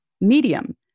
medium